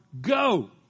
go